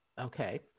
Okay